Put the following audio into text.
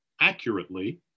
accurately